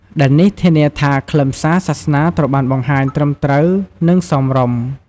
ដែលនេះធានាថាខ្លឹមសារសាសនាត្រូវបានបង្ហាញត្រឹមត្រូវ និងសមរម្យ។